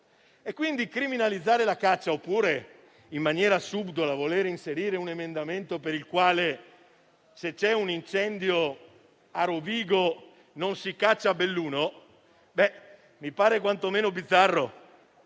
natura. Criminalizzare la caccia, oppure, in maniera subdola, voler inserire un emendamento in base al quale, se c'è un incendio a Rovigo, non si caccia a Belluno mi pare quantomeno bizzarro